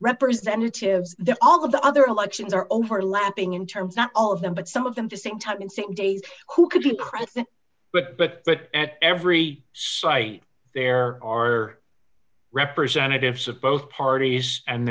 representatives there all of the other elections are overlapping in terms not all of them but some of them the same time in six days who could be president but at every site there are representatives of both parties and